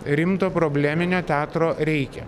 rimto probleminio teatro reikia